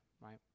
right